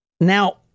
Now